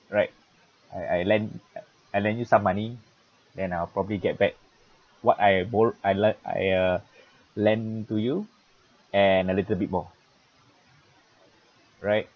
right I I len~ I lend you some money then I'll probably get back what I borr~ I lend I uh lend to you and a little bit more right